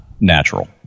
natural